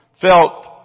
felt